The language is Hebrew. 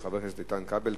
של חבר הכנסת איתן כבל,